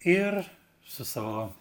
ir su savo